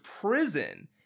prison